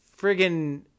friggin